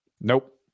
Nope